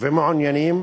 ומעוניינים